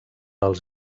als